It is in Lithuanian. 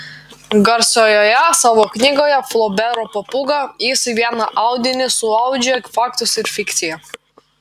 garsiojoje savo knygoje flobero papūga jis į vieną audinį suaudžia faktus ir fikciją